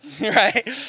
Right